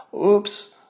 oops